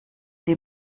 die